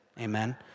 Amen